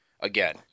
again